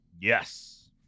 Yes